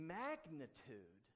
magnitude